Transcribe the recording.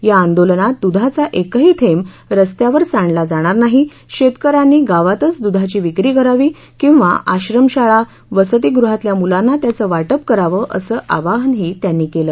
या आंदोलनात द्धाचा एकही थेंब रस्त्यावर सांडला जाणार नाही शेतक यांनी गावातच दूधाची विक्री करावी किंवा आश्रमशाळा वसतिगृहातल्या मुलांना त्याचं वाटप करावं असं आवाहनही त्यांनी केलं